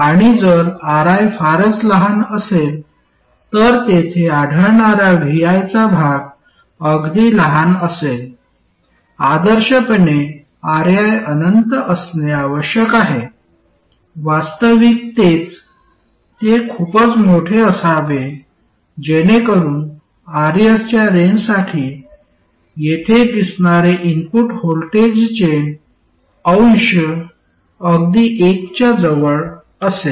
आणि जर Ri फारच लहान असेल तर तेथे आढळणारा vi चा भाग अगदी लहान असेल आदर्शपणे Ri अनंत असणे आवश्यक आहे वास्तविकतेत ते खूपच मोठे असावे जेणेकरुन Rs च्या रेंजसाठी येथे दिसणारे इनपुट व्होल्टेजचे अंश अगदी 1 च्या जवळ असेल